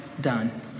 done